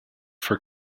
for